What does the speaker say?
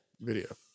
video